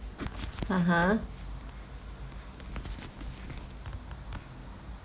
(uh huh)